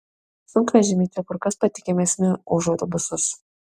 sunkvežimiai čia kur kas patikimesni už autobusus